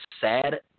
sad